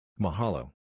Mahalo